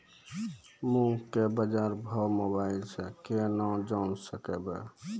मूंग के बाजार भाव मोबाइल से के ना जान ब?